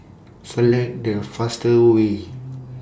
Select The fastest Way